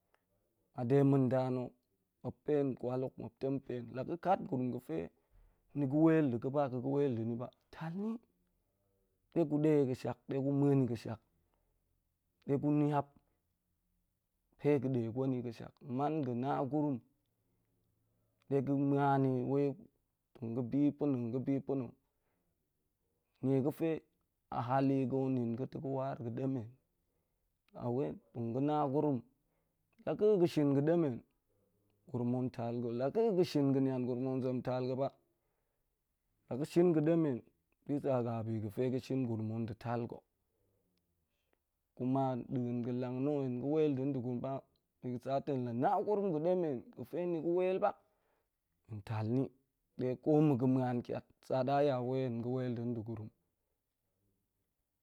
Ade ma̱nda na̱ muop pen kwalhok, muop tong yin la̱ ga̱ kat gurum ga̱fe ni ga̱ wel nda̱ ga̱ ba ga̱ ga̱ wel nda̱ ni ba, tal ni de gu de i ga̱ shak de gu muen i ga̱shak da̱ gu map pe ga̱ de given i ga̱ muan i wei nga̱ bi pa̱na̱, nga̱ bi pa̱na̱ nie ga̱fe a hali ga̱ nin ga̱ ta̱ ga̱ waar ga̱ demen nga̱ na gurum, la̱ ga̱ a ga̱ shin bi ga̱ demen, gurum ontal ga̱, la̱ ga̱ a ga̱ shin bi ga̱ nian gurum tong zem tal ga̱ ba la̱ ga̱ shin ga̱ demen ga biga̱fe ga̱shin gurum tong da̱ tal ga̱. Kuma nda̱n hen ga̱ wel da̱n nda̱ gurum ba bi ga̱ sa too hen la̱ na gurum ga̱ demen ga̱fe ni ga̱ wel ba hen tal ni ɗe ko nma̱ ga ma̱ani a ntiat sa da ya wel hen ga̱ wel da̱n nda̱ gurum